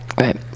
Right